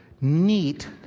neat